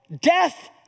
death